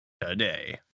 today